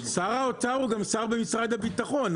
שר האוצר הוא גם שר במשרד הביטחון.